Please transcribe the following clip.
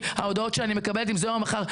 ההודעות שאני מקבלת אם זה היום או מחר.